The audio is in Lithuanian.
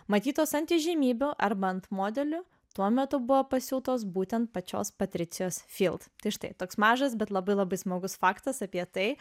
matytos ant įžymybių arba ant modelių tuo metu buvo pasiūtos būtent pačios patricijos tai štai toks mažas bet labai labai smagus faktas apie tai